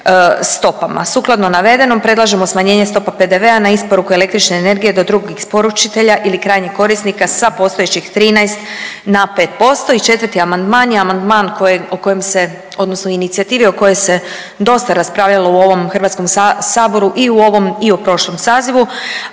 stopama. Sukladno navedenom predlažemo smanjenje stope PDV-a na isporuku električne energije do drugih isporučitelja ili krajnjih korisnika sa postojećih 13 na 5%. I četvrti amandman je amandman o kojem se, odnosno inicijativi o kojoj se dosta raspravljalo u ovom Hrvatskom saboru i u ovom i u prošlom sazivu,